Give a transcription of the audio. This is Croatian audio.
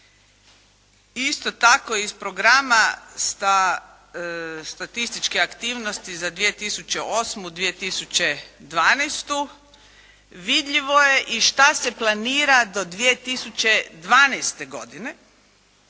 isto tako iz Programa statističke aktivnosti za 2008.-2012. vidljivo je i šta se planira do 2012. godine.